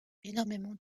énormément